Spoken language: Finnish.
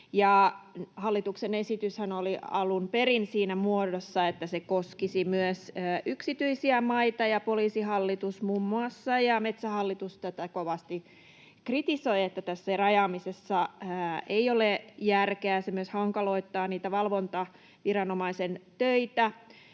Hallituksen esityshän oli alun perin siinä muodossa, että se koskisi myös yksityisiä maita. Muun muassa Poliisihallitus ja Metsähallitus kovasti kritisoivat, että tässä rajaamisessa ei ole järkeä. Se myös hankaloittaa niitä valvontaviranomaisen töitä,